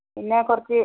പിന്നെ കുറച്ച്